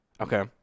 Okay